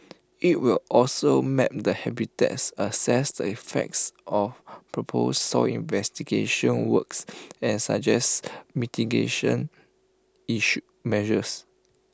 IT will also map the habitats assess the effects of proposed soil investigation works and suggest mitigation issue measures